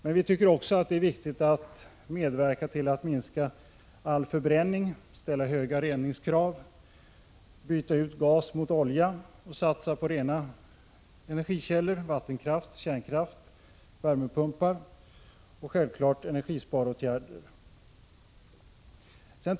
Men vi tycker också att det är viktigt att medverka till att minska allt slags förbränning, ställa höga reningskrav, byta ut gas mot olja och satsa på rena energikällor — vattenkraft, kärnkraft, värmepumpar — och självfallet på energibesparingsåtgärder.